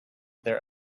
their